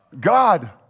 God